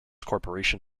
corporation